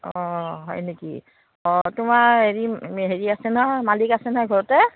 অঁ হয় নেকি অঁ তোমাৰ হেৰি হেৰি আছে নহয় মালিক আছে নহয় ঘৰতে